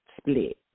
split